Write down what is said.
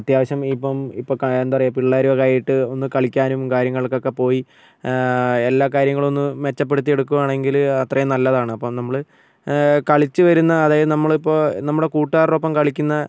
അത്യാവശ്യം ഇപ്പം ഇപ്പം എന്താ പറയാ പിള്ളാരൊക്കെയായിട്ട് ഒന്ന് കളിക്കാനും കാര്യങ്ങൾക്കൊക്കെ പോയി എല്ലാ കാര്യങ്ങളും ഒന്ന് മെച്ചപ്പെടുത്തി എടുക്കുകയാണെങ്കിൽ അത്രയും നല്ലതാണ് അപ്പോൾ നമ്മൾ കളിച്ചുവരുന്ന അതായത് നമ്മൾ ഇപ്പോൾ നമ്മുടെ കൂട്ടുകാരുടെ ഒപ്പം കളിക്കുന്ന